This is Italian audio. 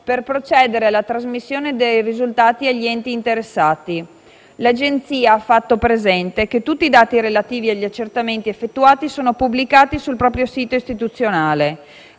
per procedere alla trasmissione dei risultati agli enti interessati. L'Agenzia ha fatto presente che tutti i dati relativi agli accertamenti effettuati sono pubblicati sul proprio sito istituzionale.